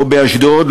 לא באשדוד,